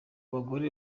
bagore